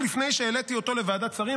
לפני שהעליתי אותו לוועדת שרים,